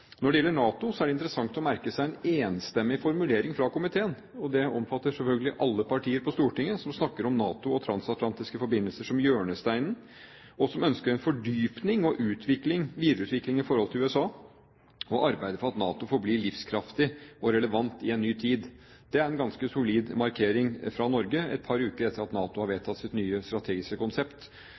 Når det gjelder NATO, er det interessant å merke seg en enstemmig formulering fra komiteen – det omfatter selvfølgelig alle partier på Stortinget – som snakker om NATO og transatlantiske forbindelser som en hjørnestein, som ønsker en fordypning og videreutvikling i forhold til USA, og som arbeider for at NATO forblir livskraftig og relevant i en ny tid. Det er en ganske solid markering fra Norge et par uker etter at NATO har vedtatt sitt nye strategiske konsept,